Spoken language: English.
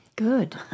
Good